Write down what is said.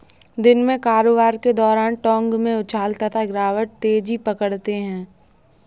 दिन में कारोबार के दौरान टोंक में उछाल तथा गिरावट तेजी पकड़ते हैं